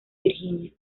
virginia